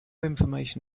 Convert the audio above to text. information